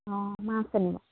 অঁ মাছ আনিব